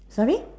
sorry